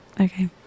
Okay